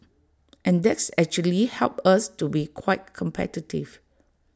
and that's actually helped us to be quite competitive